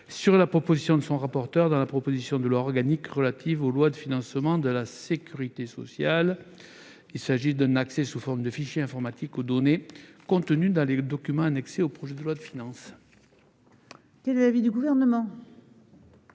sur la proposition de son rapporteur, dans la proposition de loi organique relative aux lois de financement de la sécurité sociale. Il s'agit d'un accès sous forme de fichier informatique aux données contenues dans les documents annexés au projet de loi de finances. Quel est l'avis du Gouvernement ?